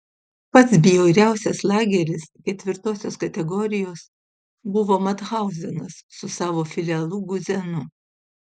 pats bjauriausias lageris ketvirtosios kategorijos buvo mathauzenas su savo filialu guzenu